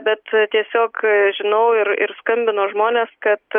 bet tiesiog žinau ir ir skambino žmonės kad